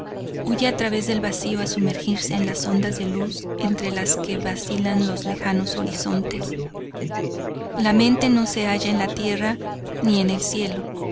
huye a través del vacío a sumergirse en las ondas de luz entre las que vacilan los lejanos horizontes la mente no se halla en la tierra ni en el cielo